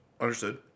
Understood